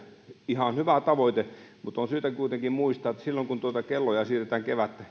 ihan hyvä tavoite mutta on syytä kuitenkin muistaa että kun kelloja